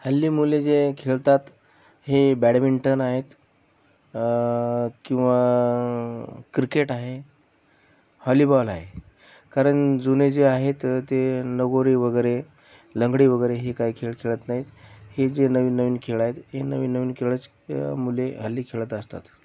हल्ली मुले जे खेळतात हे बॅडमिंटन आहेत किंवा क्रिकेट आहे हॉलीबॉल आहे कारण जुने जे आहेत ते लगोरी वगैरे लंगडी वगैरे हे काही खेळ खेळत नाहीत हे जे नवीन नवीन खेळ आहेत हे नवीन नवीन खेळच मुले हल्ली खेळत असतात